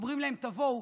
ואומרים להם: תבואו,